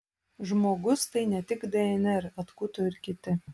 žmogus tai ne tik dnr atkuto ir kiti